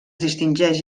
distingeix